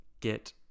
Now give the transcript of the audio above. get